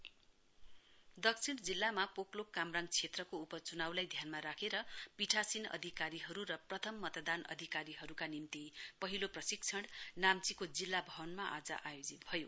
election देनिङ दक्षिण जिल्लामा पोकलोक कामराङ क्षेत्रको उपचुनाउलाई ध्यानमा राखेर पीठासिन अधिकारीहरू र प्रथम मतदान अधिकारीहरूका निम्ति पहिलो प्रशिक्षण नाम्चीको जिल्ला भवनमा आज आयोजित भयो